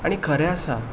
आनी खरें आसा